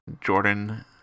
Jordan